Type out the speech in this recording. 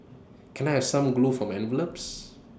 can I have some glue for my envelopes